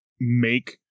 make